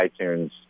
iTunes